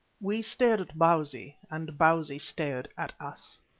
we stared at bausi and bausi stared at us.